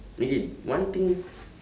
okay one thing